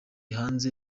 hanze